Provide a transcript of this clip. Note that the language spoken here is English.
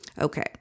Okay